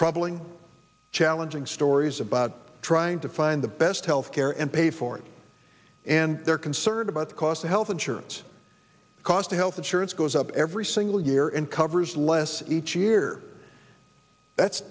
troubling challenging stories about trying to find the best health care and pay for it and they're concerned about the cost of health insurance cost of health insurance goes up every single year and covers less each year that's